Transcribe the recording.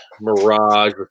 Mirage